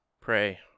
pray